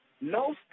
no